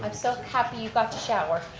um so happy you got to shower.